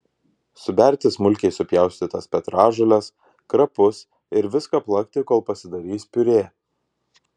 suberti smulkiai supjaustytas petražoles krapus ir viską plakti kol pasidarys piurė